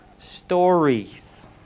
stories